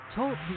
Talk